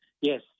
Yes